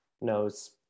knows